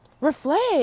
Reflect